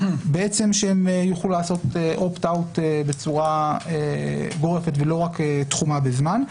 שהם יוכלו לעשות אופט-אאוט בצורה גורפת ולא רק תחומה בזמן.